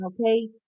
okay